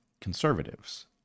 conservatives